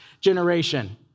generation